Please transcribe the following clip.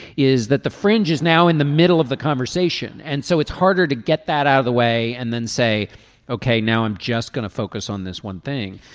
is that the fringe is now in the middle of the conversation. and so it's harder to get that out the way and then say ok now i'm just going to focus on this one thing.